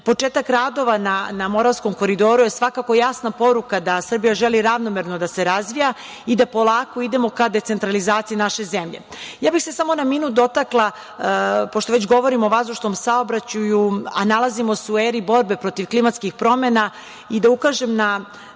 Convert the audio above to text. Početak radova na Moravskom koridoru je svakako jasna poruka da Srbija želi ravnomerno da se razvija i da polako idemo ka decentralizaciji naše zemlje. Ja bih se samo na minut dotakla, pošto već govorimo o vazdušnom saobraćaju, a nalazimo se u eri borbe protiv klimatskih promena i da ukažem na,